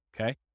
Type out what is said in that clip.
Okay